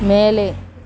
மேலே